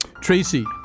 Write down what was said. tracy